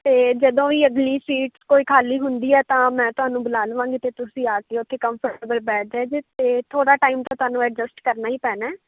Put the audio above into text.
ਅਤੇ ਜਦੋਂ ਵੀ ਅਗਲੀ ਸੀਟ ਕੋਈ ਖਾਲੀ ਹੁੰਦੀ ਹੈ ਤਾਂ ਮੈਂ ਤੁਹਾਨੂੰ ਬੁਲਾ ਲਵਾਂਗੀ ਅਤੇ ਤੁਸੀਂ ਆ ਕੇ ਉੱਥੇ ਕੰਫਰਟੇਬਲ ਬੈਠ ਜਾਇਓ ਜੇ ਅਤੇ ਥੋੜ੍ਹਾ ਟਾਈਮ ਤਾਂ ਤੁਹਾਨੂੰ ਐਡਜਸਟ ਕਰਨਾ ਹੀ ਪੈਣਾ